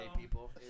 people